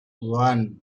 one